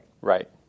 Right